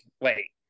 wait